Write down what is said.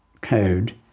code